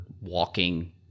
walking